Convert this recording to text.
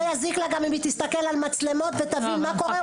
לא יזיק לה גם אם תסתכל על מצלמות ותבין מה קורה,